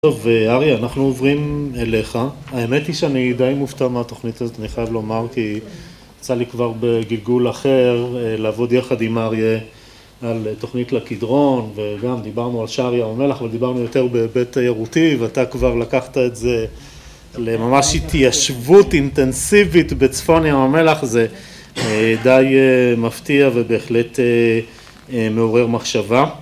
‫טוב, אריה, אנחנו עוברים אליך. ‫האמת היא שאני די מופתע מהתוכנית הזאת, ‫אני חייב לומר, ‫כי יצא לי כבר, בגלגול אחר, ‫לעבוד יחד עם אריה על תוכנית לקדרון, ‫וגם דיברנו על שער ים המלח, ‫ודיברנו יותר בהיבט תיירותי, ‫ואתה כבר לקחת את זה ‫לממש התיישבות אינטנסיבית ‫בצפון ים המלח. זה די מפתיע ‫ובהחלט מעורר מחשבה.